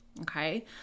okay